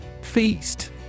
Feast